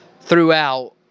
throughout